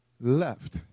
left